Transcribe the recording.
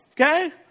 okay